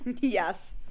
Yes